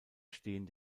stehen